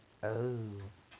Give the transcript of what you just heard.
oh